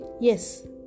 Yes